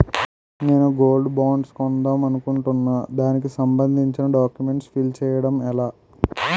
నేను gold bonds కొందాం అనుకుంటున్నా దానికి సంబందించిన డాక్యుమెంట్స్ ఫిల్ చేయడం ఎలా?